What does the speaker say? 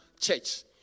church